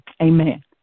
Amen